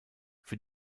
für